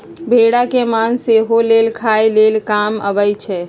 भेड़ा के मास सेहो लेल खाय लेल काम अबइ छै